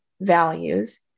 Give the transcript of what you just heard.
values